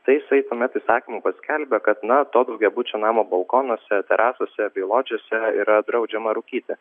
tai jisai tuomet įsakymu paskelbia kad na to daugiabučio namo balkonuose terasose bei lodžijose yra draudžiama rūkyti